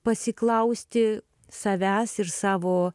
pasiklausti savęs ir savo